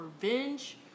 revenge